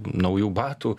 naujų batų